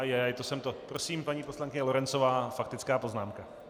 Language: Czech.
Ajajaj, to jsem to prosím, paní poslankyně Lorencová, faktická poznámka.